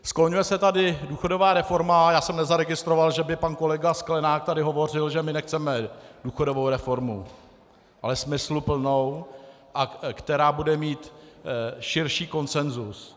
Skloňuje se tady důchodová reforma a já jsem nezaregistroval, že by pan kolega Sklenák tady hovořil, že my nechceme důchodovou reformu ale smysluplnou, která bude mít širší konsenzus.